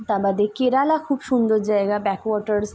তা আমাদের কেরালা খুব সুন্দর জায়গা ব্যাকওয়াটার্স